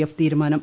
F തീരുമാനം